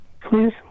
please